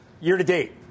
year-to-date